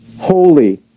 Holy